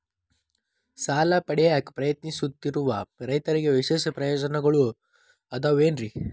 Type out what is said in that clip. ಸಾಲ ಪಡೆಯಾಕ್ ಪ್ರಯತ್ನಿಸುತ್ತಿರುವ ರೈತರಿಗೆ ವಿಶೇಷ ಪ್ರಯೋಜನಗಳು ಅದಾವೇನ್ರಿ?